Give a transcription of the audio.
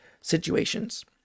situations